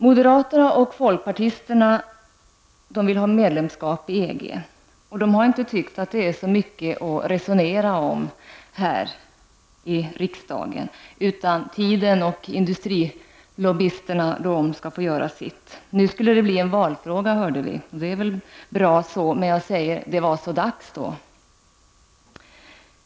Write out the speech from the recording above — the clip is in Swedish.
Moderater och folkpartister vill att vi skall ha medlemskap i EG, och de har inte tyckt att det är så mycket att resonera om här i riksdagen, utan att tiden och industrilobbyisterna får göra sitt. Nu hörde vi att det skall bli en valfråga och det är väl bra så, men jag säger: ''Det är så dags då''.